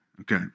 Okay